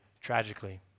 tragically